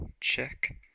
Check